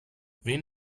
wen